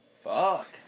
Fuck